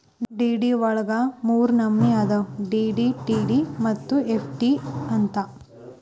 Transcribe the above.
DD ವಳಗ ಮೂರ್ನಮ್ನಿ ಅದಾವು ಡಿ.ಡಿ, ಟಿ.ಡಿ ಮತ್ತ ಎಫ್.ಡಿ ಅಂತ್